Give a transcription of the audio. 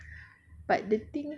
ninja